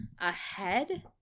ahead